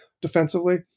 defensively